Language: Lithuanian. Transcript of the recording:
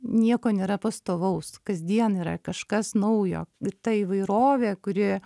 nieko nėra pastovaus kasdien yra kažkas naujo ta įvairovė kuri